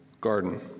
garden